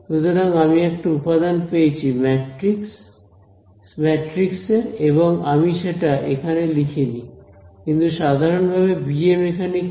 সুতরাং আমি একটা উপাদান পেয়েছি ম্যাট্রিক্সের এবং আমি সেটা এখানে লিখিনি কিন্তু সাধারণভাবে bm এখানে কি